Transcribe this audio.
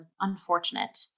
unfortunate